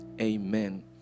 amen